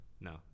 No